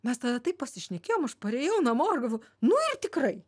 mes tada taip pasišnekėjom aš parėjau namo ir galvoju nu ir tikrai